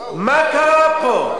מה קרה פה?